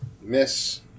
Miss